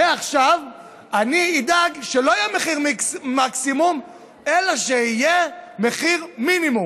מעכשיו אני אדאג שלא יהיה מחיר מקסימום אלא שיהיה מחיר מינימום.